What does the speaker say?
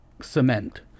cement